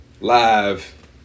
live